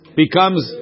becomes